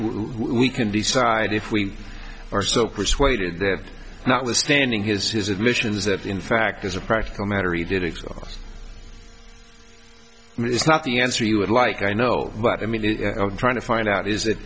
can decide if we are so persuaded that notwithstanding his his admissions that in fact as a practical matter he did it because it's not the answer you would like i know what i mean trying to find out is